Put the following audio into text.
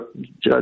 judge